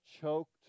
choked